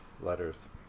letters